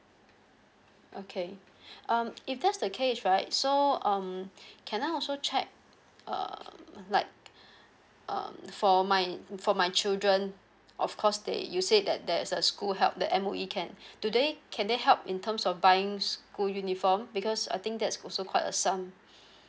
okay um if that's the case right so um can I also check um like um for my for my children of course that you said that there's a school help the M_O_E can do they can help in terms of buying school uniform because I think that's also quite a sum